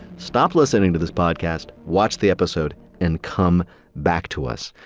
stop listening to this podcast, watch the episode, and come back to us.